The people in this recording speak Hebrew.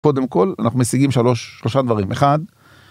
קודם כל אנחנו משיגים שלוש, שלושה דברים. אחד.